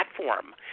platform